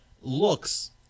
looks